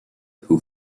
who